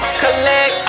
collect